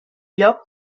lloc